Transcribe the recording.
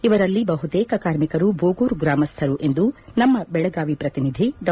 ಇವರಲ್ಲಿ ಬಹುತೇಕ ಕಾರ್ಮಿಕರು ಬೋಗೂರು ಗ್ರಾಮಸ್ವರು ಎಂದು ನಮ್ಮ ಬೆಳಗಾವಿ ಪ್ರತಿನಿಧಿ ಡಾ